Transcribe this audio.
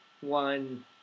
one